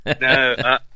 No